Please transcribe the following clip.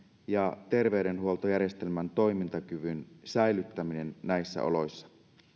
ja terveydenhuoltojärjestelmän toimintakyvyn säilyttäminen näissä oloissa